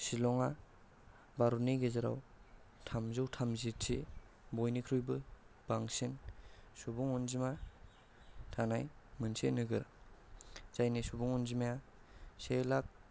शिलङा भारतनि गेजेराव थामजौ थामजिथि बयनिख्रुइबो बांसिन सुबुं अनजिमा थानाय मोनसे नोगोर जायनि सुबुं अनजिमाया से लाख